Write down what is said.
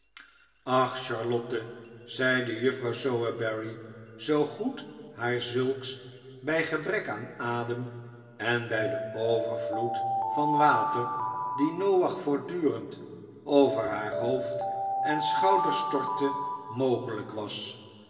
ach charlotte zeide juffrouw sowerberry zoo goed haar zulks bij gebrek aan adem en bij den overvloed van water dien noach voortdurend over haar hoofd en schouders stortte mogelijk was